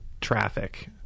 traffic